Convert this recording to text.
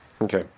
okay